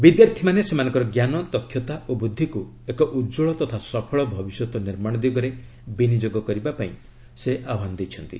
ବିଦ୍ୟାର୍ଥୀମାନେ ସେମାନଙ୍କର ଜ୍ଞାନ ଦକ୍ଷତା ଓ ବୁଦ୍ଧିକୁ ଏକ ଉଜ୍ଜଳ ତଥା ସଫଳ ଭବିଷ୍ୟତ ନିର୍ମାଣ ଦିଗରେ ବିନିଯୋଗ କରିବାକୁ ସେ ଆହ୍ୱାନ ଦେଇଛନ୍ତି